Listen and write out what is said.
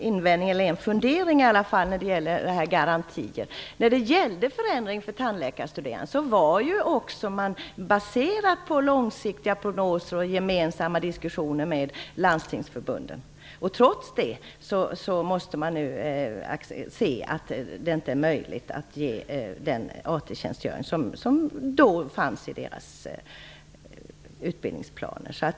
Fru talman! Jag har en fundering när det gäller garantier. Förändringen för tandläkarstuderande baserades på långsiktiga prognoser och gemensamma diskussioner med Landstingsförbundet. Trots detta är det nu inte möjligt att erbjuda den AT-tjänstgöring som tidigare ingick i de studerandes utbildningsplaner.